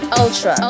ultra